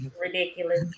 ridiculous